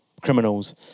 criminals